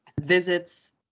visits